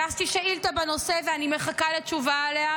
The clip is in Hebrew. הגשתי שאילתה בנושא, ואני מחכה לתשובה עליה.